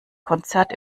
konzert